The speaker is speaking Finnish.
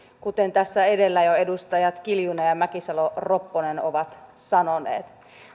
kuten tässä edellä jo edustajat kiljunen ja ja mäkisalo ropponen ovat sanoneet